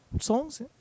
songs